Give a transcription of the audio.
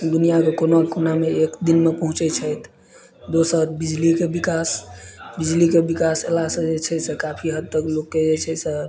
दुनियाके कोना कोनामे एक दिनमे पहुँचै छथि दोसर बिजलीके विकास बिजलीके विकास अयलासँ जे छै से काफी हद तक लोकके जे छै से